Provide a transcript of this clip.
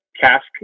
cask